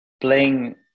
playing